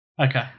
okay